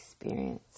experience